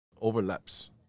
overlaps